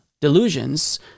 delusions